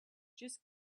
just